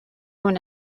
una